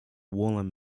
woolen